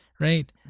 right